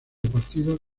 partidos